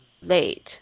late